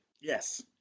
yes